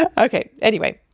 ah okay anyway.